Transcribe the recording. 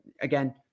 again